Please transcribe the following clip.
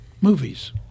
Movies